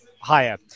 higher